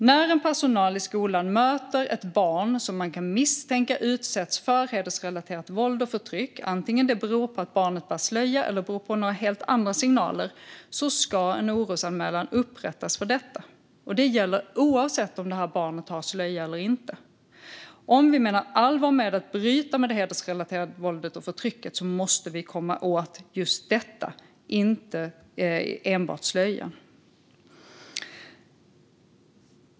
När en i personalen i skolan möter ett barn som kan misstänkas vara utsatt för hedersrelaterat våld och förtryck - antingen det beror på att barnet bär slöja eller på helt andra signaler - ska en orosanmälan upprättas för detta. Det gäller oavsett om barnet har slöja eller inte. Om vi menar allvar med att bryta med det hedersrelaterade våldet och förtrycket måste vi komma åt just detta och inte enbart slöjan.